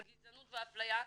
על גזענות ואפליה.